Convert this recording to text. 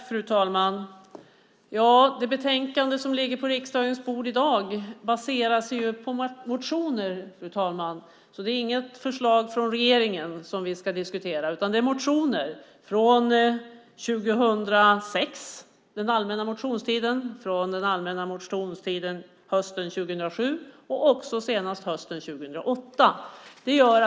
Fru talman! Det betänkande som i dag ligger på riksdagens bord baserar sig på motioner. Det är alltså inget förslag från regeringen som vi nu diskuterar utan motioner från den allmänna motionstiden 2006, hösten 2007 och hösten 2008.